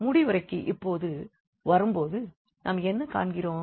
முடிவுரைக்கு இப்போது வரும்போது நாம் என்ன காண்கிறோம்